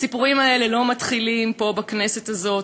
הסיפורים האלה לא מתחילים פה, בכנסת הזאת.